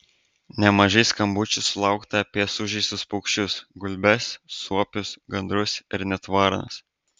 nemažai skambučių sulaukta apie sužeistus paukščius gulbes suopius gandrus ir net varnas